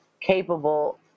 capable